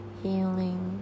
healing